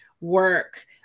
work